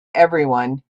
everyone